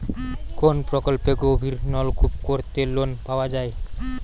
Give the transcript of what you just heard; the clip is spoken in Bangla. কোন প্রকল্পে গভির নলকুপ করতে লোন পাওয়া য়ায়?